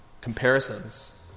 Comparisons